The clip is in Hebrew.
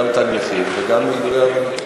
גם "תג מחיר" וגם יידויי אבנים.